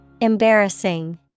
Embarrassing